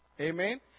Amen